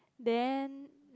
then